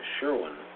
Sherwin